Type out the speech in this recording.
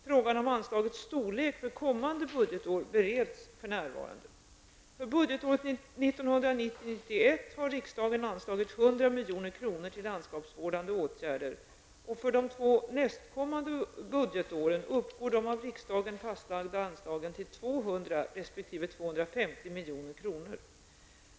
Frågan om anslagets storlek för kommande budgetår bereds för närvarande. milj.kr. till landskapsvårdande åtgärder och för de två nästkommande budgetåren uppgår de av riksdagen fastlagda anslagen till 200 resp. 250 milj.